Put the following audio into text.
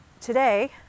Today